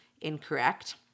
incorrect